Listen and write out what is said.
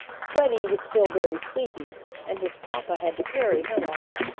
freddie was still very sleepy and his papa had to carry him off,